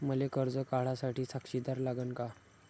मले कर्ज काढा साठी साक्षीदार लागन का?